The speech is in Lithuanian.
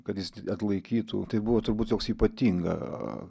kad jis atlaikytų tai buvo turbūt toks ypatingą